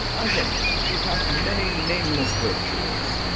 item she hath many nameless virtues